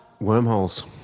Wormholes